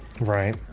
Right